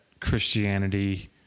Christianity